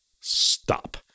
Stop